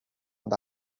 and